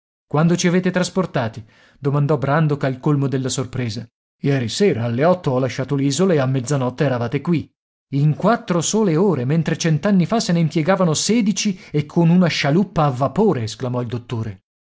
quando ci avete trasportati domandò brandok al colmo della sorpresa ieri sera alle otto ho lasciato l'isola e a mezzanotte eravate qui in quattro sole ore mentre cent'anni fa se ne impiegavano sedici e con una scialuppa a vapore esclamò il dottore